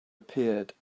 appeared